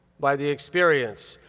by the experience.